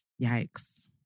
Yikes